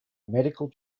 medical